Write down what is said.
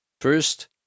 First